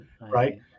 Right